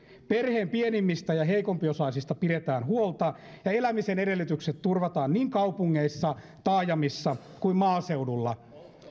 perheen pienimmistä ja heikompiosaisista pidetään huolta ja elämisen edellytykset turvataan niin kaupungeissa taajamissa kuin maaseudulla